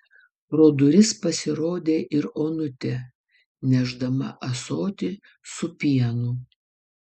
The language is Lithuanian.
pro duris pasirodė ir onutė nešdama ąsotį su pienu